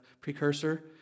precursor